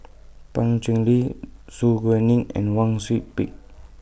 Pan Cheng Lui Su Guaning and Wang Sui Pick